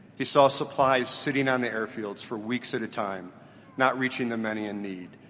he saw supplies sitting on the air fields for weeks at a time not reaching the many in need.